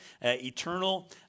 eternal